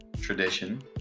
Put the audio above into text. tradition